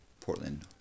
Portland